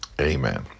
amen